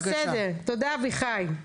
תודה אביחי.